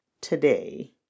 today